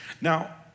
Now